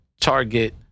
Target